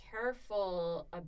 careful